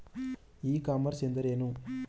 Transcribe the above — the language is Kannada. ಇ ಕಾಮರ್ಸ್ ಎಂದರೆ ಏನು?